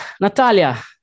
Natalia